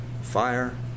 fire